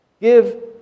Give